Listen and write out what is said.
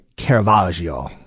caravaggio